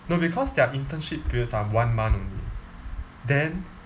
no because their internship periods are one month only then